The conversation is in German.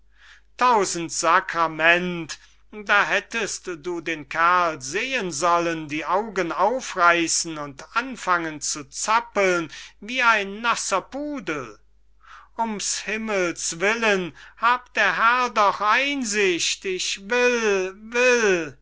tausend sakerment da hättest du den kerl sehen sollen die augen aufreissen und anfangen zu zappeln wie ein nasser budel ums himmels willen hab der herr doch einsicht ich will will